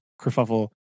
kerfuffle